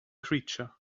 creature